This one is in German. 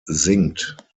sinkt